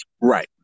Right